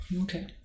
Okay